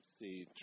see